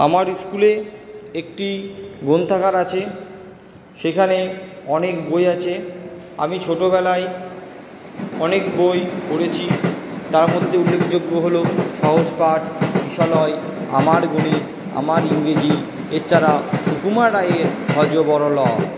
আমার ইস্কুলে একটি গ্রন্থাগার আছে সেখানে অনেক বই আছে আমি ছোটোবেলায় অনেক বই পড়েছি তার মধ্যে উল্লেখযোগ্য হল সহজ পাঠ কিশলয় আমার গণিত আমার ইংরেজি এছাড়া সুকুমার রায়ের হ য ব র ল